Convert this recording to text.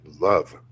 love